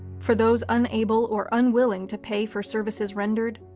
for those unable or unwilling to pay for services rendered,